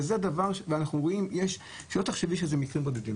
שלא תחשבי שאלה מקרים בודדים,